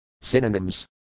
Synonyms